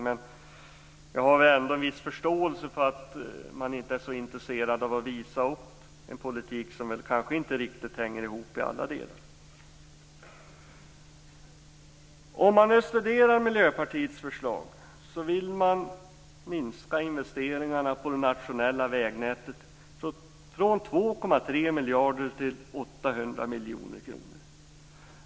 Men jag har ändå en viss förståelse för att man inte är så intresserad av att visa upp en politik som kanske inte hänger riktigt ihop i alla delar. Om man nu studerar Miljöpartiets förslag ser man att det vill minska investeringarna på det nationella vägnätet från 2,3 miljarder till 800 miljoner kronor.